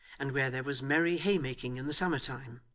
and where there was merry haymaking in the summer time.